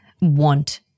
want